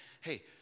Hey